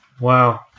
Wow